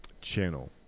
channel